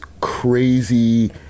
crazy